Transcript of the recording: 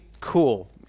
cool